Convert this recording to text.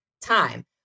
time